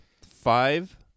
five